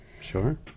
sure